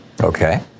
Okay